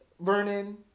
vernon